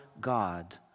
God